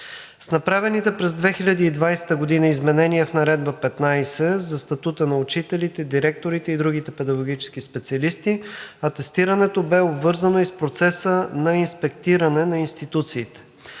С направените през 2020 г. изменения в Наредба № 15 за статута на учителите, директорите и другите педагогически специалисти атестирането бе обвързано и с процеса на инспектиране на институциите.